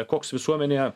koks visuomenėje